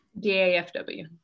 DAFW